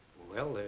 well,